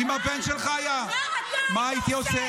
"אם הבן שלך היה" --- מה אתה היית עושה?